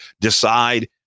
decide